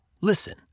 listen